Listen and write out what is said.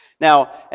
Now